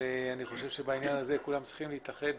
אני חושב שבעניין הזה כולם צריכים להתאחד